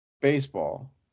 baseball